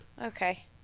Okay